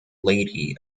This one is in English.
lady